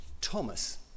Thomas